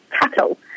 cattle